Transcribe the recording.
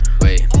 Wait